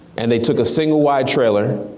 and they took a single wide trailer,